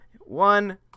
one